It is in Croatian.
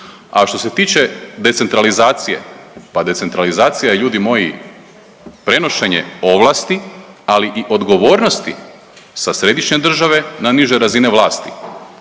A što se tiče decentralizacije, pa decentralizacija je ljudi moji prenošenje ovlasti, ali i odgovornosti sa središnje države na niže razine vlasti.